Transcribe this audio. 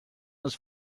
els